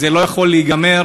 זה לא יכול להיגמר,